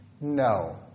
No